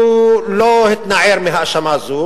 הוא לא התנער מההאשמה הזאת,